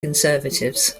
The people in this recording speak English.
conservatives